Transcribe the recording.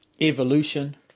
evolution